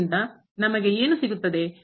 ಆದ್ದರಿಂದ ಆಗ ನಮಗೆ ಏನು ಸಿಗುತ್ತದೆ